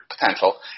potential